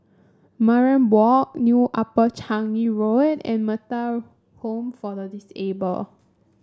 Mariam Walk New Upper Changi Road and Metta Home for the Disabled